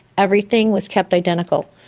everything was kept identical,